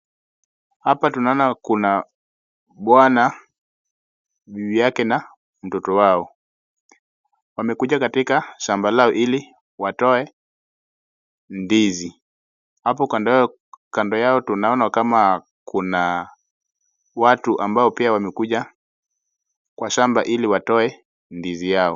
Hapa tunaona kuna bwana, bibi yake na mtoto wao. Wamekuja katika shamba lao ili watoe ndizi. Hapo kando yao tunaona kama kuna watu ambao pia wamekuja kwa shamba ili watoe ndizi yao.